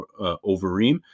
Overeem